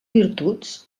virtuts